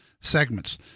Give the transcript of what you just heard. segments